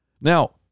Now